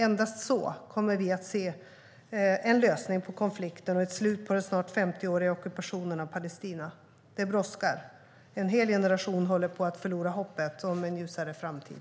Endast så kommer vi att se en lösning på konflikten och ett slut på den snart 50-åriga ockupationen av Palestina. Det brådskar. En hel generation håller på att förlora hoppet om en ljusare framtid.